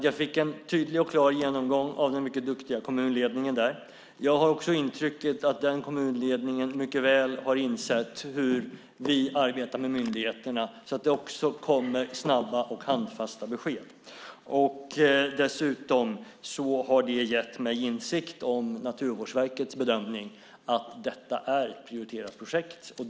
Jag fick en tydlig och klar genomgång av den mycket duktiga kommunledningen där, och jag har också intrycket att kommunledningen mycket väl har insett hur vi arbetar med myndigheterna så att det också kommer snabba och handfasta besked. Dessutom har det gett mig insikt om Naturvårdsverkets bedömning att detta är ett prioriterat projekt.